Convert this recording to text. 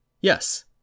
Yes